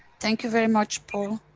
thank you very much paul.